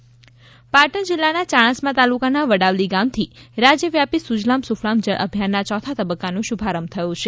સુજલામ્ સુફલામ્ પાટણ જિલ્લાના ચાણસ્મા તાલુકાના વડાવલી ગામથી રાજ્યવ્યાપી સુજલામ સુફલામ જળ અભિયાનના યોથા તબક્કાનો શુભારંભ થયો છે